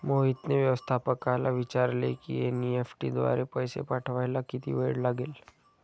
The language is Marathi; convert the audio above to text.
मोहितने व्यवस्थापकाला विचारले की एन.ई.एफ.टी द्वारे पैसे पाठवायला किती वेळ लागेल